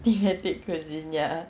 thematic cuisine ya